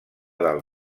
del